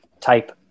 type